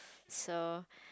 so